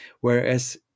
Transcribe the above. Whereas